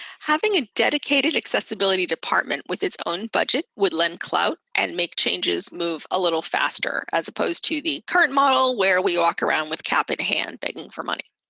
having a dedicated accessibility department with its own budget would lend clout and make changes move a little faster as opposed to the current model, where we walk around with cap in hand begging for money.